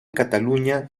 cataluña